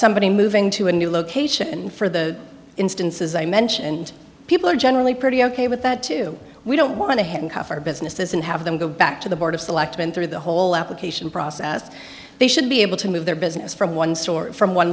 somebody moving to a new location for the instances i mentioned people are generally pretty ok with that too we don't want to handcuff our businesses and have them go back to the board of selectmen through the whole application process they should be able to move their business from one store from one